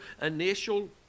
initial